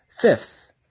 Fifth